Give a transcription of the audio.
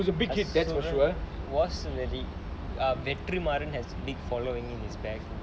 was a big hit that's for sure was already vetrimaaran has big following in his bag